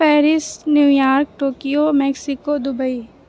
Paris New York Tokyo Mexico Dubai